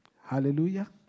Hallelujah